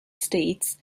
states